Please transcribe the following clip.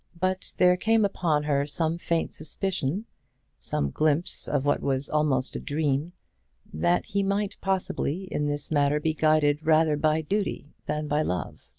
but there came upon her some faint suspicion some glimpse of what was almost a dream that he might possibly in this matter be guided rather by duty than by love.